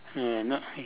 err not